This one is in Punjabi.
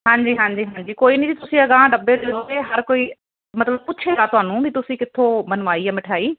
ਹਾਂਜੀ ਹਾਂਜੀ ਹਾਂਜੀ ਕੋਈ ਨਹੀਂ ਤੁਸੀਂ ਅਗਾਹ ਡੱਬੇ ਦੇਓਗੇ ਹਰ ਕੋਈ ਮਤਲਬ ਪੁੱਛੇਗਾ ਤੁਹਾਨੂੰ ਵੀ ਤੁਸੀਂ ਕਿੱਥੋਂ ਬਨਵਾਈ ਹੈ ਮਿਠਾਈ